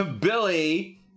Billy